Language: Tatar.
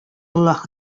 аллаһы